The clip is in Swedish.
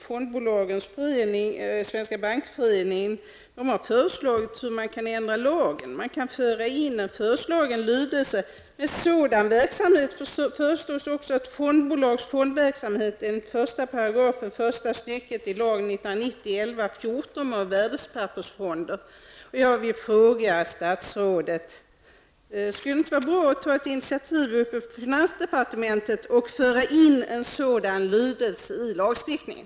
Fondbolagens förening, Svenska bankföreningen, har föreslagit att man skall ändra lagen; man kan föra in en mening med följande lydelse: Med sådan verksamhet förstås också ett fondbolags fondverksamhet enligt 1 § första stycket i lagen 1990-11-14 om värdepappersfonder. Jag vill fråga statsrådet: Skulle det inte vara bra att ta ett initiativ på finansdepartementet till att föra in en mening av sådan lydelse i lagen?